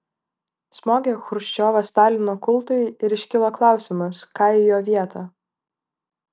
smogė chruščiovas stalino kultui ir iškilo klausimas ką į jo vietą